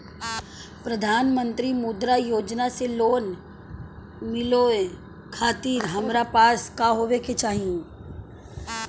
प्रधानमंत्री मुद्रा योजना से लोन मिलोए खातिर हमरा पास का होए के चाही?